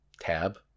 tab